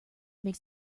makes